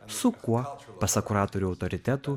su kuo pasak kuratorių autoritetų